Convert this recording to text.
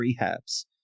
rehabs